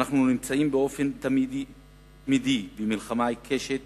אנחנו נמצאים באופן תמידי במלחמה עיקשת,